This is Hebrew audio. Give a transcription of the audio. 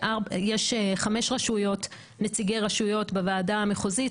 יש חמישה נציגי רשויות בוועדה המחוזית,